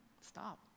Stop